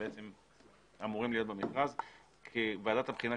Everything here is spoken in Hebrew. שאמורים להיות במכרז כי ועדת הבחינה,